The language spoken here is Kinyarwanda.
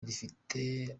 rifite